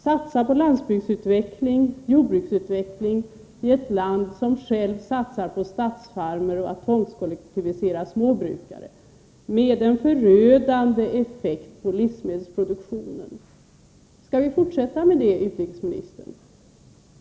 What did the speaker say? Skall vi satsa på landsbygdsutveckling, jordbruksutveckling i ett land som självt satsar på statsfarmer och på att tvångskollektivisera småbrukare, vilket har en förödande effekt på livsmedelsproduktionen? Skall vi fortsätta med det, utrikesministern?